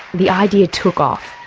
the idea took off,